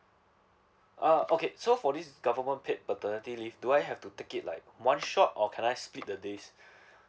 uh okay so for this government paid paternity leave do I have to take it like one shot or can I skip the days